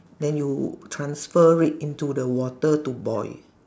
then you transfer it into the water to boil